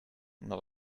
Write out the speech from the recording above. not